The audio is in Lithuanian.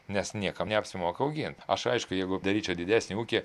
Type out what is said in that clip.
nes niekam neapsimoka augint aš aišku jeigu daryčiau didesnį ūkį